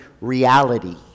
reality